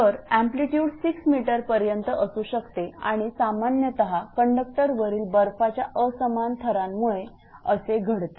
तर amplitude 6 metre पर्यंत असू शकते आणि सामान्यत कंडक्टरवरील बर्फाच्या असमान थरांमुळे असे घडते